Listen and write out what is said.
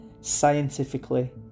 Scientifically